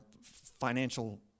financial